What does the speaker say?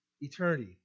eternity